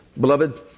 Beloved